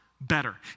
better